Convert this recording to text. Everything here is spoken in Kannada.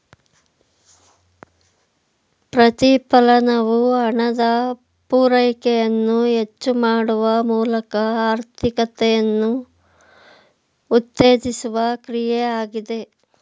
ಪ್ರತಿಫಲನವು ಹಣದ ಪೂರೈಕೆಯನ್ನು ಹೆಚ್ಚು ಮಾಡುವ ಮೂಲಕ ಆರ್ಥಿಕತೆಯನ್ನು ಉತ್ತೇಜಿಸುವ ಕ್ರಿಯೆ ಆಗಿದೆ